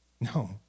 No